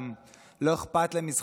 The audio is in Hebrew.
לא אכפת להם מזכויות הפרט,